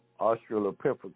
australopithecus